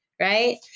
Right